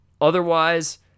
Otherwise